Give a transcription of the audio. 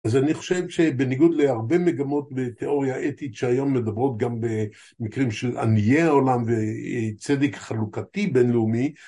אז אני חושב שבניגוד להרבה מגמות בתיאוריה אתית שהיום מדברות גם במקרים של עניי העולם וצדיק חלוקתי בינלאומי